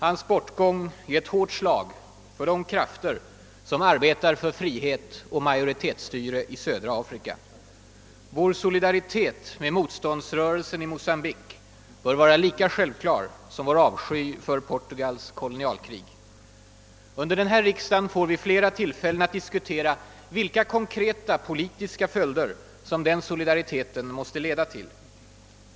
Hans bortgång är ett hårt slag för de krafter som arbetar för frihet och majoritetsstyre i södra Afrika. Vår solidaritet med motståndsrörelsen i Mocambique bör vara lika självklar som vår avsky för Portugals kolonialkrig. Under denna riksdag får vi flera tillfällen att diskutera vilka konkreta politiska följder som den solidariteten måste leda till.